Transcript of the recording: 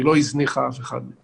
היא לא הזניחה אף אחד.